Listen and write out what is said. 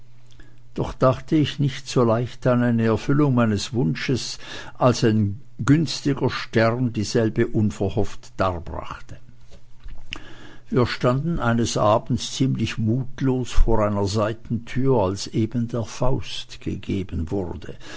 doch dachte ich nicht so leicht an eine erfüllung meines wunsches als ein günstiger stern dieselbe unverhofft darbrachte wir standen eines abends ziemlich mutlos vor einer seitentür als eben der faust gegeben wurde